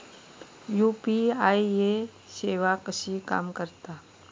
UPI सेवा कशी काम करता?